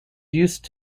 used